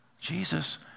Jesus